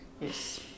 yes